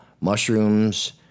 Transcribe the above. mushrooms